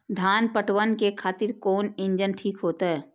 धान पटवन के खातिर कोन इंजन ठीक होते?